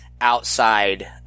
outside